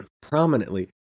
prominently